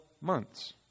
months